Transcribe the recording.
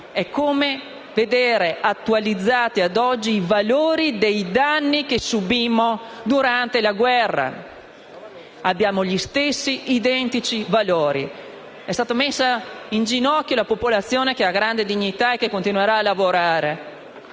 è come vedere attualizzati ad oggi i valori dei danni che subimmo durante la guerra. Abbiamo gli stessi identici valori. È stata messa in ginocchio una popolazione che ha grande dignità e che continuerà a lavorare.